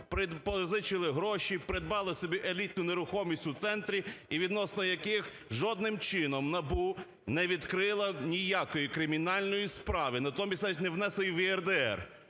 позичили гроші, придбали собі елітну нерухомість у центрі і відносно яких жодним чином НАБУ не відкрило ніякої кримінальної справи, натомість навіть не внесли в ЄРДР.